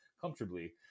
comfortably